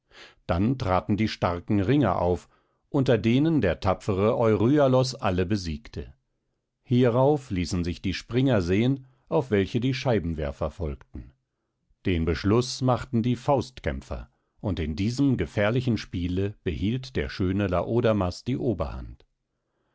dann traten die starken ringer auf unter denen der tapfere euryalos alle besiegte hierauf ließen sich die springer sehen auf welche die scheibenwerfer folgten den beschluß machten die faustkämpfer und in diesem gefährlichen spiele behielt der schöne laodamas die oberhand